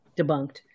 debunked